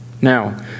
Now